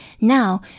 Now